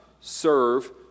serve